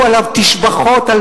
והמפלגות הסמוכות.